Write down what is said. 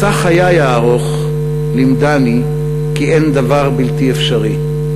מסע חיי הארוך לימדני כי אין דבר בלתי אפשרי,